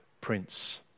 Prince